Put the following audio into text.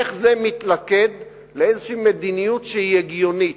איך זה מתלכד לאיזו מדיניות הגיונית,